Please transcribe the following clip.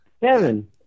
Kevin